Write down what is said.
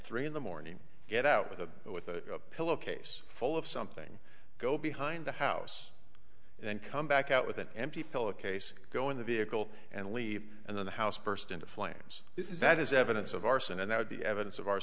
three in the morning get out with a with a pillow case full of something go behind the house and then come back out with an empty pillow case go in the vehicle and leave and then the house burst into flames is that is evidence of arson and that would be evidence of